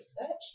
research